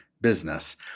business